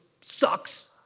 sucks